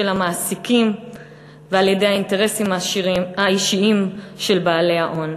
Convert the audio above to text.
המעסיקים ועל-ידי האינטרסים האישיים של בעלי ההון.